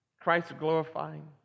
Christ-glorifying